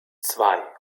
zwei